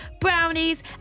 brownies